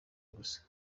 gusa